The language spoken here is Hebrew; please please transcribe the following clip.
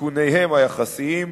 סיכוניהם היחסיים,